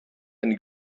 eine